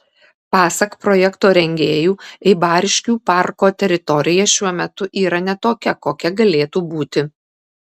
pasak projekto rengėjų eibariškių parko teritorija šiuo metu yra ne tokia kokia galėtų būti